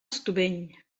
estubeny